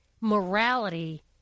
morality